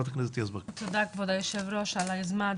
תודה כבוד היושב ראש על היוזמה.